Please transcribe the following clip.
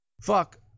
fuck